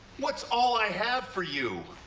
what's all i have for you?